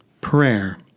Prayer